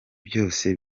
byose